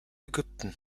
ägypten